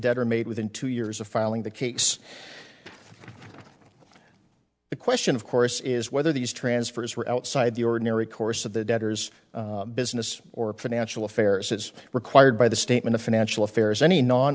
debtor made within two years of filing the case the question of course is whether these transfers were outside the ordinary course of the debtors business or financial affairs it is required by the statement of financial affairs any non